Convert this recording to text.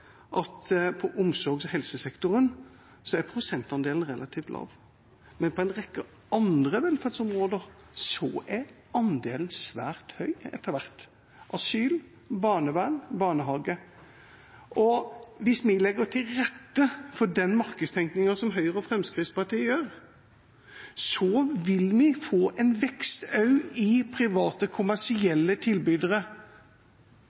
at i omsorgs- og helsesektoren er prosentandelen relativt lav, men på en rekke andre velferdsområder er andelen svært høy etter hvert – når det gjelder f.eks. asyl, barnevern og barnehage. Og hvis vi legger til rette for markedstenkningen til Høyre og Fremskrittspartiet, vil vi få en vekst også i private